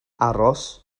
aros